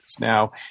Now